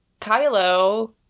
Kylo –